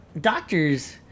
Doctors